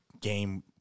game